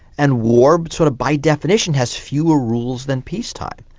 and war but sort of by definition has fewer rules than peace time.